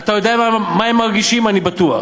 אתה יודע מה הם מרגישים, אני בטוח,